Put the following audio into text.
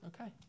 Okay